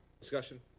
Discussion